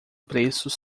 preços